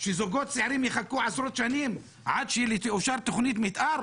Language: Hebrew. שזוגות צעירים יחכו עשרות שנים עד שתאושר תוכנית מתאר?